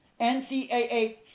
NCAA